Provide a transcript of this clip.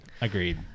Agreed